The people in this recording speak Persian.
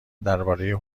درباره